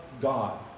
God